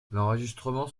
l’enregistrement